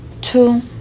two